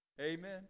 Amen